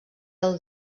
del